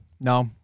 No